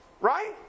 Right